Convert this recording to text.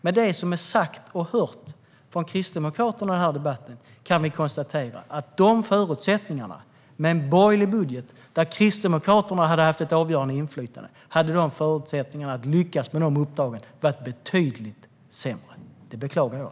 Med anledning av det som har sagts från Kristdemokraterna i denna debatt kan vi konstatera att med en borgerlig budget, där Kristdemokraterna hade haft ett avgörande inflytande, hade förutsättningarna att lyckas med dessa uppdrag varit betydligt sämre. Det beklagar jag.